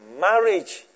Marriage